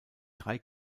drei